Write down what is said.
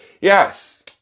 Yes